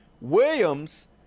Williams